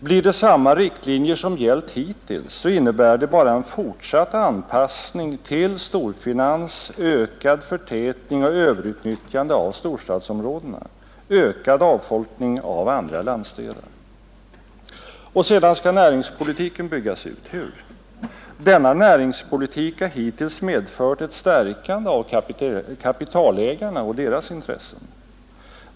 Blir det samma riktlinjer som gällt hittills så innebär det bara en fortsatt anpassning till storfinans, ökad förtätning och överutnyttjande av storstadsområdena, ökad avfolkning av andra landsdelar. Vidare skall näringspolitiken byggas ut. Hur? Denna politik har hittills medfört ett stärkande av kapitalägarnas intressen.